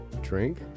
Drink